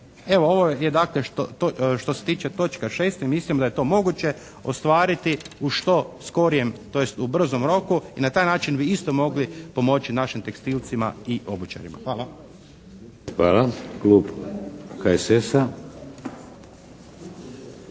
Evo, ovo je dakle što se tiče točke 6. i mislim da je to moguće ostvariti u što skorijem, tj., u brzom roku i na taj način bi isto mogli pomoći našim tekstilcima i obućarima. Hvala. **Šeks, Vladimir